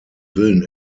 willen